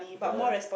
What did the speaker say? ya